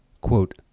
Quote